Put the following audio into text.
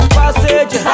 passage